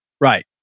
Right